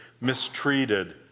mistreated